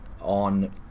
on